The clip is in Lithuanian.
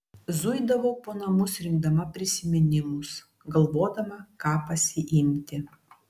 zuidavau po namus rinkdama prisiminimus galvodama ką pasiimti